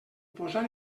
posar